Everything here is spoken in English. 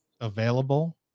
available